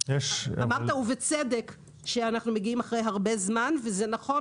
אמרת ובצדק שאנחנו מגיעים אחרי הרבה זמן וזה נכון